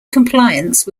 compliance